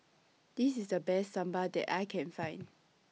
This IS The Best Sambar that I Can Find